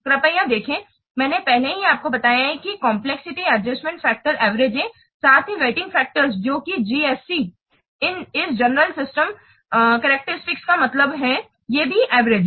कृपया देखें मैंने पहले ही आपको बताया है कि ये कम्प्लेक्सिटी एडजस्टमेंट फैक्टर्स एवरेज हैं साथ ही वेइटिंग फैक्टर्स है जो कि जीएससी इस जनरल सिस्टम केरेक्टेरिस्टिक्स का मतलब है ये भी एवरेज हैं